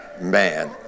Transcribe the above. man